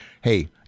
Hey